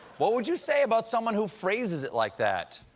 what would you say about someone who phrases it like that?